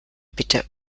bitte